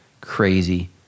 crazy